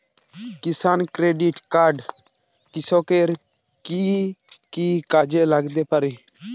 কিষান credit card কৃষকের কি কি কাজে লাগতে পারে?